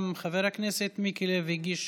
גם חבר הכנסת מיקי לוי הגיש